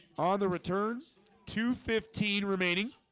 ah the returns to fifteen remaining